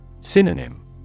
Synonym